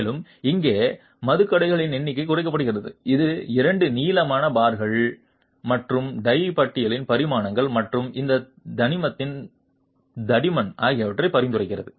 மேலும் இங்கு மதுக்கடைகளின் எண்ணிக்கை குறைக்கப்படுகிறது இது இரண்டு நீளமான பார்கள் மற்றும் டை பட்டியில் பரிமாணங்கள் மற்றும் இந்த தனிமத்தின் தடிமன் ஆகியவை பரிந்துரைக்கப்படுகின்றன